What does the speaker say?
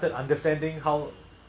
oh my god I like F_B_I